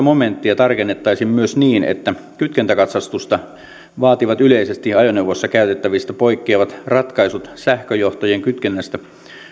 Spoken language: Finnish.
momenttia tarkennettaisiin myös niin että kytkentäkatsastusta vaativat yleisesti ajoneuvoissa käytettävistä poikkeavat ratkaisut sähköjohtojen kytkennästä